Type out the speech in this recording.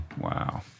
Wow